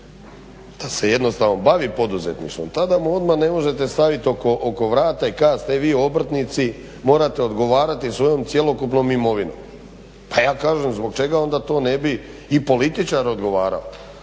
da se jednostavno bavi poduzetništvom tada mu odmah ne možete staviti oko vrata i kazati e vi obrtnici morate odgovarati svojom cjelokupnom imovinom. Pa ja kažem zbog čega onda to ne bi i političar odgovarao